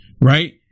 Right